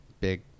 Big